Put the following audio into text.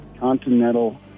Continental